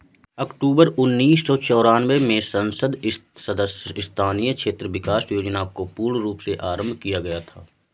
अक्टूबर उन्नीस सौ चौरानवे में संसद सदस्य स्थानीय क्षेत्र विकास योजना को पूर्ण रूप से आरम्भ किया गया था